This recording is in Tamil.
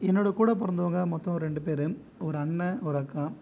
என்னோடய கூட பிறந்தவங்க மொத்தம் ரெண்டு பேர் ஒரு அண்ணன் ஒரு அக்கா